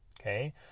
Okay